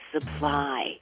supply